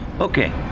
Okay